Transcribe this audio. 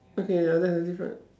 okay the difference